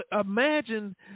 imagine